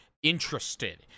interested